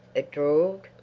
it drawled.